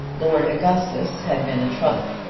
lord augustus had been a trouble.